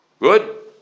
good